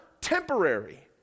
temporary